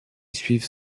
suivent